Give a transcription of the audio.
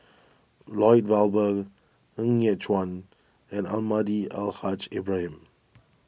Lloyd Valberg Ng Yat Chuan and Almahdi Al Haj Ibrahim